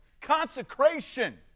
Consecration